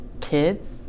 kids